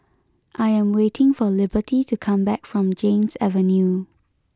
I am waiting for Liberty to come back from Ganges Avenue